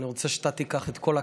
אני רוצה שאתה תיקח את כל הכסף.